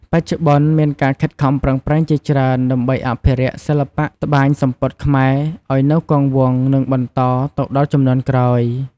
បច្ចុប្បន្ន មានការខិតខំប្រឹងប្រែងជាច្រើនដើម្បីអភិរក្សសិល្បៈត្បាញសំពត់ខ្មែរឲ្យនៅគង់វង្ស និងបន្តទៅដល់ជំនាន់ក្រោយ។